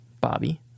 Bobby